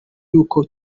y’uko